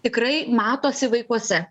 tikrai matosi vaikuose